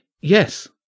Yes